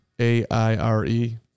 A-I-R-E